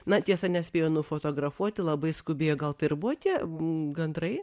na tiesa nespėjo nufotografuoti labai skubėjo gal tai ir buvo tie gandrai